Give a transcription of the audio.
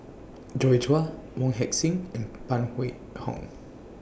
Joi Chua Wong Heck Sing and Phan Wait Hong